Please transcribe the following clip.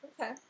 Okay